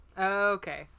Okay